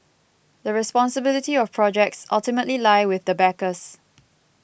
the responsibility of projects ultimately lie with the backers